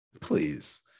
Please